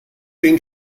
den